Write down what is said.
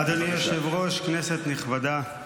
אדוני היושב-ראש, כנסת נכבדה,